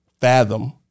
fathom